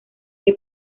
que